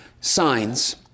signs